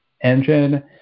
engine